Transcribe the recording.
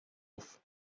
off